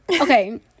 Okay